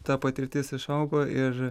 ta patirtis išaugo ir